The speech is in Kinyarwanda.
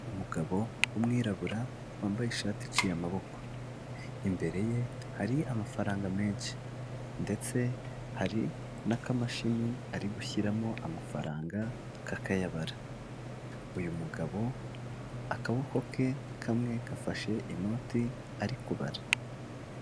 Umugabo w'umwirabura wambaye ishati iciye amaboko, imbere ye hari amafaranga menshi, ndetse hari n'akamashini ari gushyiramo amafaranga kakayabara, uyu mugabo akaboko ke kamwe gafashe inoti ari kubara.